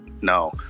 No